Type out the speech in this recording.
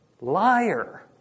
liar